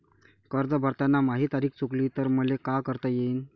कर्ज भरताना माही तारीख चुकली तर मले का करता येईन?